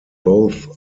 both